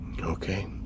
Okay